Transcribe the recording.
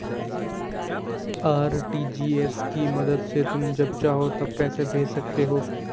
RTGS की मदद से तुम जब चाहो तब पैसे भेज सकते हो